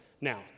Now